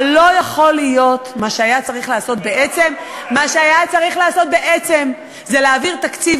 מה שהיה צריך לעשות בעצם זה להעביר תקציב